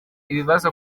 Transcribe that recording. ikibazo